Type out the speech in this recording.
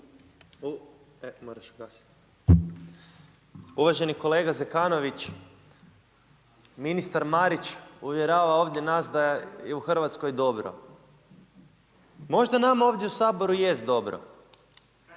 Uvaženi kolega Zekanović, ministar Marić uvjerava ovdje nas da je u Hrvatskoj dobro. Možda nama ovdje u Saboru jest dobro,